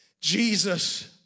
Jesus